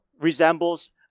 resembles